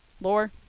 Lore